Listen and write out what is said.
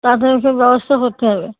তাতে ওই সব ব্যবস্থা করতে হবে